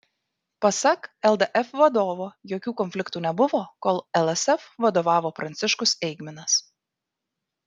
pasak ldf vadovo jokių konfliktų nebuvo kol lsf vadovavo pranciškus eigminas